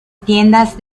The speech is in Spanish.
tiendas